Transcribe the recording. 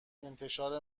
انتشار